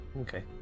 Okay